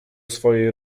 swojej